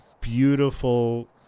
beautiful